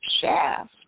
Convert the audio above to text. shaft